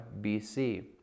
BC